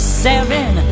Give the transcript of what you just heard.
seven